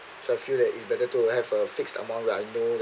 so I feel that it's better to have a fixed amount that I know